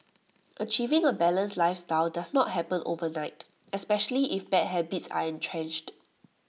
achieving A balanced lifestyle does not happen overnight especially if bad habits are entrenched